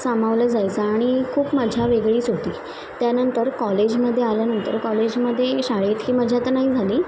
सामावला जायचा आणि खूप मजा वेगळीच होती त्यानंतर कॉलेजमध्ये आल्यानंतर कॉलेजमध्ये शाळेतली मजा तर नाही झाली